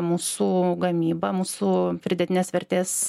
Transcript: mūsų gamyba mūsų pridėtinės vertės